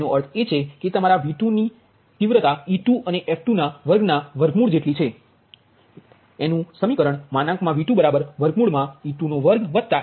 એનો અર્થ એ છે કે તમારા V2ની તીવ્રતા e2 અને f2ના વર્ગ ના વર્ગમૂળ જેટલી છે